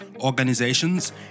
organizations